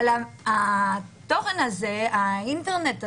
אבל התוכן הזה, המייל הזה,